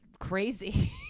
crazy